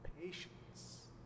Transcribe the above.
patience